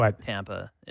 Tampa